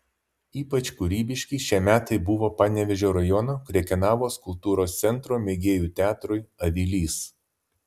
ypač kūrybiški šie metai buvo panevėžio rajono krekenavos kultūros centro mėgėjų teatrui avilys